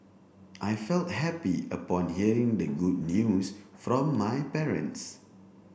I felt happy upon hearing the good news from my parents